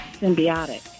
symbiotic